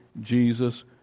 Jesus